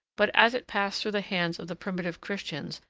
but, as it passed through the hands of the primitive christians,